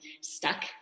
stuck